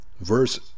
verse